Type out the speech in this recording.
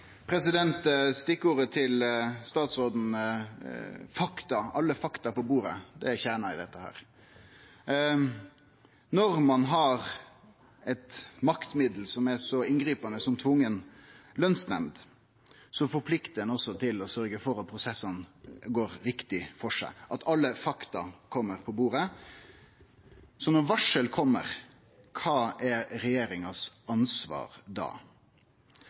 fakta. Alle fakta på bordet er kjernen i dette. Når ein har eit maktmiddel som er så inngripande som tvungen lønsnemnd, pliktar ein også å sørgje for at prosessane går riktig for seg, og at alle fakta kjem på bordet. Så når varsel kjem, kva er